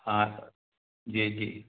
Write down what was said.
हाँ सर जी जी